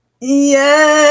Yes